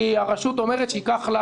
כי הרשות אומרת שייקח לה